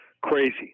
Crazy